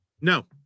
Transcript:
No